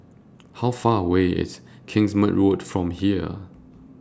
How Far away IS Kingsmead Road from here